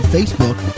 Facebook